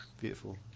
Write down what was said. beautiful